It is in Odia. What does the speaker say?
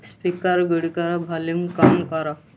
ସ୍ପିକର୍ ଗୁଡ଼ିକର ଭଲ୍ୟୁମ୍ କମ୍ କର